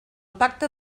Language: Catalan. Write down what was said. pacte